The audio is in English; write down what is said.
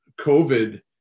COVID